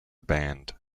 band